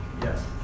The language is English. Yes